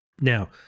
Now